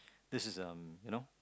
this is um you know